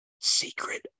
Secret